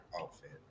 outfit